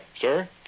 Sir